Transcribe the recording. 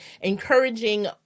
encouraging